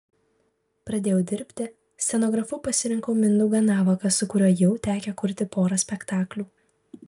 pradėjau dirbti scenografu pasirinkau mindaugą navaką su kuriuo jau tekę kurti porą spektaklių